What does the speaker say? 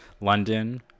London